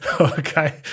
Okay